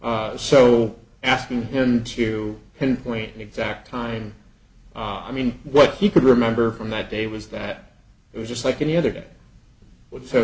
so asking him to pinpoint the exact time ah i mean what he could remember from that day was that it was just like any other